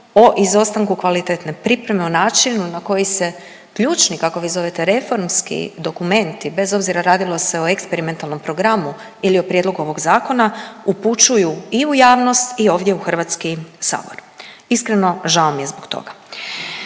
o izostanku kvalitetne pripreme, o načinu na koji se ključni kako vi zovete reformski dokumenti, bez obzira radilo se o eksperimentalnom programu ili o prijedlogu ovog zakona upućuju i u javnost i ovdje u HS. Iskreno žao mi je zbog toga.